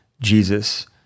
Jesus